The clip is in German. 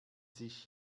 sich